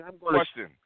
Question